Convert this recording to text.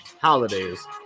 Holidays